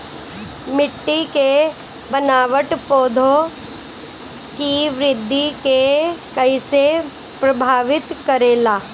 मिट्टी के बनावट पौधों की वृद्धि के कईसे प्रभावित करेला?